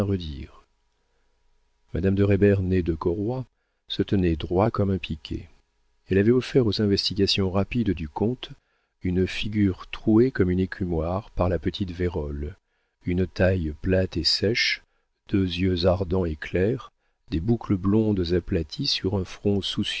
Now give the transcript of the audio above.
redire madame de reybert née de corroy se tenait droit comme un piquet elle avait offert aux investigations rapides du comte une figure trouée comme une écumoire par la petite vérole une taille plate et sèche deux yeux ardents et clairs des boucles blondes aplaties sur un front